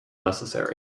necessary